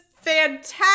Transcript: fantastic